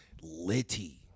litty